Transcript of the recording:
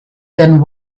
then